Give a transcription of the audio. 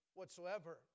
whatsoever